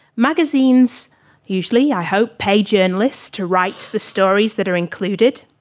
magazines usually, i hope, pay journalists to write the stories that are included,